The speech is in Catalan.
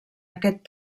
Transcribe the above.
aquest